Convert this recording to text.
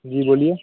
जी बोलिए